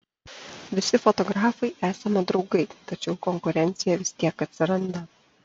visi fotografai esame draugai tačiau konkurencija vis tiek atsiranda